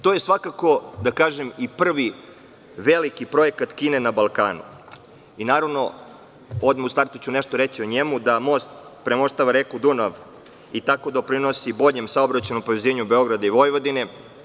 To je svakako i prvi veliki projekat Kine na Balkanu i odmah u startu ću nešto reći o njemu, da most premoštava reku Dunav i tako doprinosi boljem saobraćajnom povezivanju Beograda i Vojvodine.